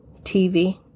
TV